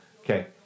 Okay